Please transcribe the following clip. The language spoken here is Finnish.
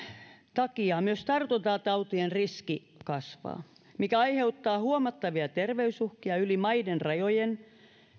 takia myös tartuntatautien riski kasvaa mikä aiheuttaa huomattavia terveysuhkia yli maiden rajojen